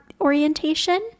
orientation